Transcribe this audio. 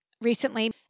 recently